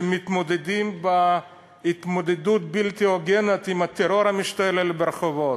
שמתמודדים התמודדות בלתי הוגנת עם הטרור המשתולל ברחובות.